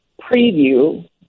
preview